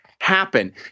happen